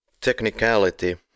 Technicality